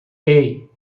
hey